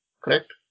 correct